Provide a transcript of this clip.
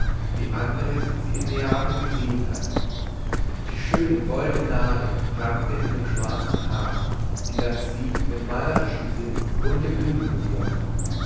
wie andres sie in neapel gesehen hatte die schöne goldne nadel prangte in dem schwarzen haar in das sie mit malerischem sinn bunte blumen geflochten